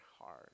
hard